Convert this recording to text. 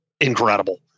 incredible